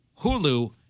Hulu